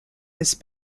this